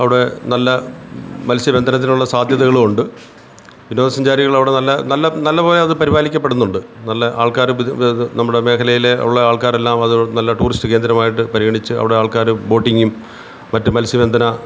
അവിടെ നല്ല മത്സ്യബന്ധനത്തിനുള്ള സാധ്യതകളും ഉണ്ട് വിനോദസഞ്ചാരികൾ അവിടെ നല്ല നല്ലതുപോലെ അത് പരിപാലിക്കപ്പെടുന്നുണ്ട് നല്ല ആൾക്കാർ ഇത് നമ്മുടെ മേഖലയിലുള്ള ആൾക്കാർ എല്ലാം അത് നല്ല ടൂറിസ്റ്റ് കേന്ദ്രമായിട്ട് പരിഗണിച്ച് അവിടെ ആൾക്കാർ ബോട്ടിങ്ങും മറ്റ് മത്സ്യബന്ധന